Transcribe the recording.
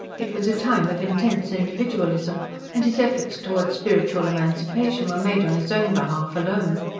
it was a time of intense individualism and his efforts towards spiritual emancipation were made on his own behalf alone.